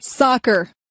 Soccer